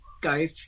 go